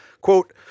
quote